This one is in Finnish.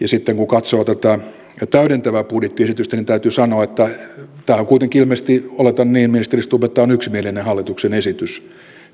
ja sitten kun katsoo tätä täydentävää budjettiesitystä täytyy sanoa että tämä täydentävä budjettiesitys on kuitenkin ilmeisesti oletan niin ministeri stubb yksimielinen hallituksen esitys